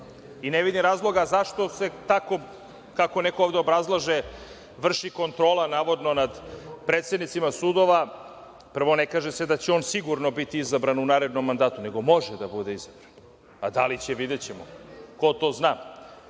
Ne vidim razloga zašto se tako, kako neko ovde obrazlaže, vrši kontrola navodno nad predsednicima sudova. Prvo, ne kaže se da će on sigurno biti izabran u narednom mandatu, nego može da bude izabran, a da li će, videćemo, ko to zna.